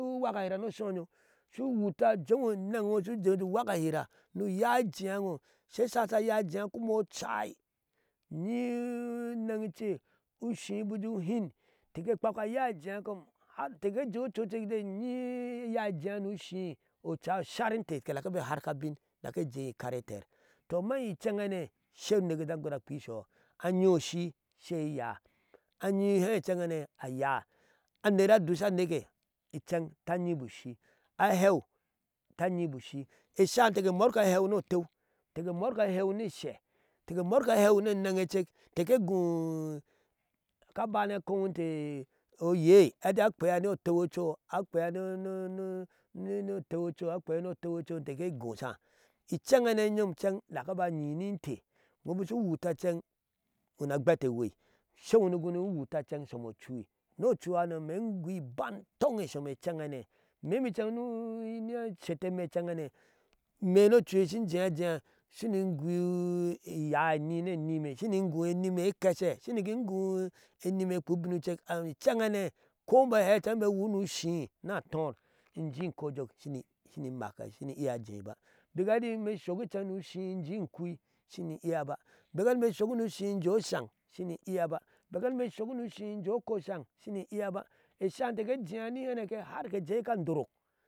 Su wuka hira no shu oyooh su wuta jewo ne negye ewooh su jeeju wuka hira mnu ya jiya ewooh ke she sasa aya jiya nimo cai uyi enan che ushii buku hin ke kwakwa aya ajiya kom har kike jeeh ochuso cek keje ajiya har ushiiba hinkinte kike dake ba harka abin ke dake jeyir ikar eter, to ama incenhane sai nu nkee eye sa dena kwi ishoho ayi oshii sai eyaa, ayi hee inhen hane ayaa, anera dusa aneke incen ta yibo ushii a hew ta yibo ushii esha inteeke mokir a hau no teu inteke mokir a heu ni she inte ke mokir a heu ne nan she cek inte ke gooh ka ba na kowente ayei eti akwiya no teu cho akwiya no teucho intekike, gosha inchenhane yom adaka abayi ni inte iwarh bik su wuta inchen una kwete wai sawo nu gunu wata sokwe chui no chu hano ime gui iban atongye som inchenhane imemi inchen na shete eme ionchenhane imeehane shini gui enime keshe shini gui enime ekwe ubin sucek incenhane ko imboo ba he imeee wur nu ushii na tor inje inkojok shini iya ajei ba bika ahee eti isok inje osan shini iyaba, bika aheti soki jee osan shini iya ba, bika heti soki je okosan shini iyaba esha kike sok ni hee ke jeyir ka dorok.